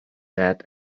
sad